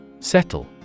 Settle